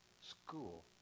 school